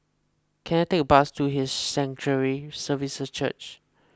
can I take a bus to His Sanctuary Services Church